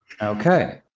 Okay